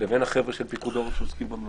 לבין החבר'ה של פיקוד העורף שעוסקים במלוניות,